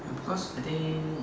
ya because I think